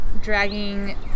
dragging